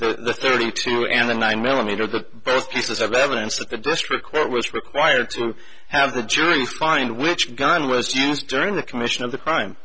the thirty two and the nine millimeter the first piece of evidence that the district court was required to have the jury find which gun was used during the commission of the crime